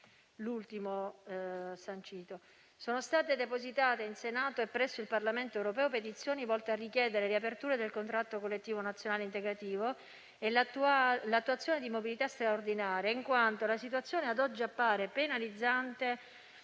sono state depositate in Senato e presso il Parlamento europeo petizioni volte a richiedere riaperture del contratto integrativo e l'attuazione di "mobilità straordinaria", in quanto la situazione ad oggi appare penalizzante